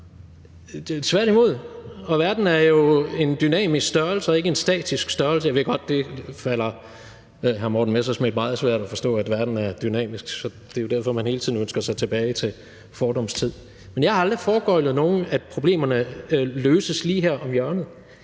tværtimod. Verden er jo en dynamisk størrelse og ikke en statisk størrelse. Jeg ved godt, det falder hr. Morten Messerschmidt meget svært at forstå, at verden er dynamisk. Det er jo derfor, man hele tiden ønsker sig tilbage til fordums tid. Men jeg har aldrig foregøglet nogen, at problemerne ville blive løst lige her om hjørnet.